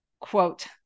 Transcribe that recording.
quote